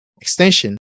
extension